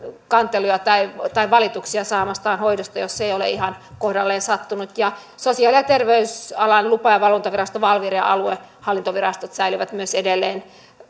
kanteluja tai tai valituksia saamastaan hoidosta sitten jos ei ole ihan kohdalleen sattunut sosiaali ja terveysalan lupa ja valvontavirasto valvira ja aluehallintovirastot säilyvät myös edelleen